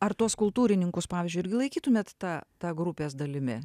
ar tuos kultūrininkus pavyzdžiui irgi laikytumėt ta ta grupės dalimi